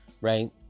right